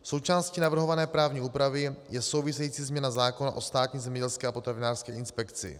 Součástí navrhované právní úpravy je související změna zákona o Státní zemědělské a potravinářské inspekci.